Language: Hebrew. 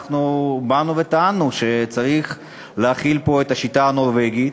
באנו וטענו שצריך להחיל פה את השיטה הנורבגית,